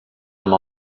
amb